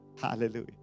Hallelujah